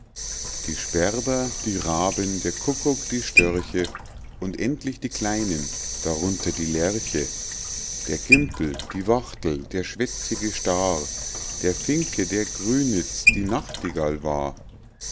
die sperber die raben der kuckuck die störche und endlich die kleinen darunter die lerche der gimpel die wachtel der schwätzige staar der finke der grünitz die nachtigall war